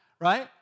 right